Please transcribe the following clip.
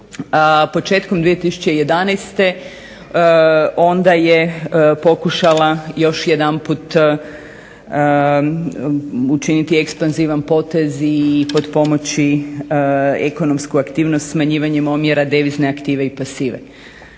Početkom 2011. Onda je pokušala još jedanput učiniti ekspanzivan potez i potpomoći ekonomsku aktivnost smanjivanjem omjera devizne aktive i pasive.